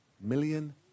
million